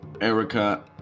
Erica